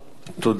תודה.